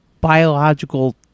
biological